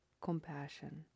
compassion